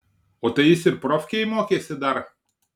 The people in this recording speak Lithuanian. o tai jis ir profkėj mokėsi dar